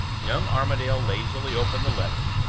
young armadale lazily opened the letter.